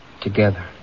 together